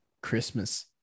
christmas